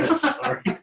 sorry